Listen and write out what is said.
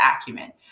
acumen